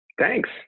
Thanks